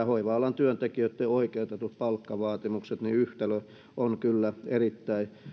hoiva alan työntekijöitten oikeutetut palkkavaatimukset niin yhtälö on kyllä erittäin